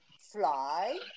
fly